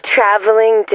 Traveling